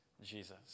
Jesus